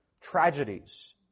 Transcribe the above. tragedies